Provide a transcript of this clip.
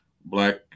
Black